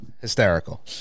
Hysterical